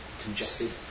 congested